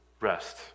Rest